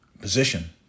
position